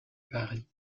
paris